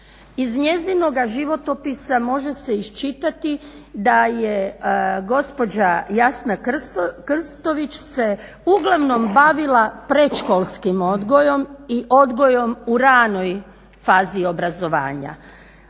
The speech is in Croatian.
Iz njezinoga životopisa može se iščitati da je gospođa Jasna Krstović se uglavnom bavila predškolskim odgojom i odgojom u ranoj fazi obrazovanja.